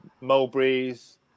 mulberries